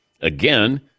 again